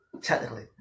technically